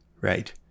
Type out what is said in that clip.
right